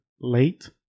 late